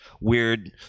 weird